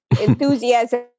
enthusiasm